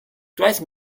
twice